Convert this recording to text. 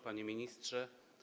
Panie Ministrze!